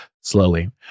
slowly